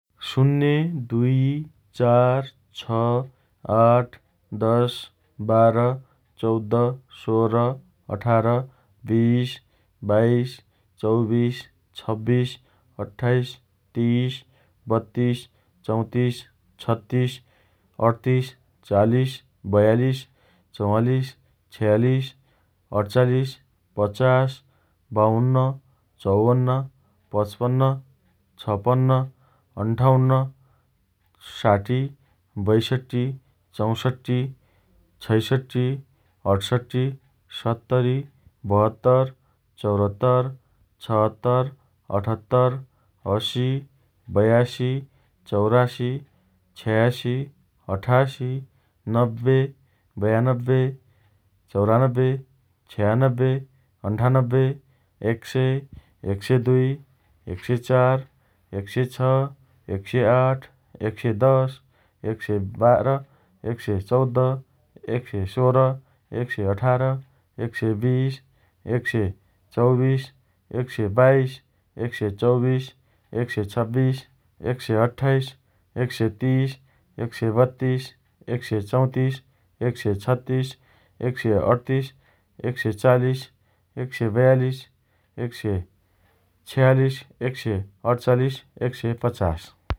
शून्य, दुई, चार, छ, आठ, दस, बाह्र, चौध, सोह्र, अठार, बिस, बाइस, चौबिस, छब्बिस, अट्ठाइस, तिस, बत्तिस, चौतिस, छत्तिस, अठतिस, चालिस, बयालिस, चवालिस, छयालिस, अठचालिस, पचास, बाउन्न, चौपन्न, पचपन्न, छपन्न, अन्ठाउन्न, साठी, बयसट्ठी, चौसट्ठी, छयसट्ठी, अठसट्ठी, सत्तरी, बहत्तर, चौरहत्तर, छहत्तर, अठहत्तर, असी, बयासी, चौरासी, छयासी, अठासी, नब्बे, बयान्नब्बे, चौरान्नब्बे, छयान्नब्बे, अन्ठान्नब्बे, एक सय, एक सय दुई, एक सय चार, एक सय छ, एक सय आठ, एक सय दस, एक सय बाह्र, एक सय चौध, एक सय सोह्र, एक सय अठार, एक सय बिस, एक सय चौबिस, एक सय बाइस, एक सय चौबिस, एक सय छब्बिस, एक सय अट्ठाइस, एक सय तिस, एक सय बत्तिस, एक सय चौतिस, एक सय छत्तिस, एक सय अठतिस, एक सय चालिस, एक सय बयालिस, एक सय छयालिस, एक सय अठचालिस, एक सय पचास